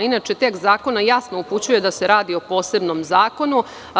Inače, tekst zakona jasno upućuje da se radi o posebnom zakonu.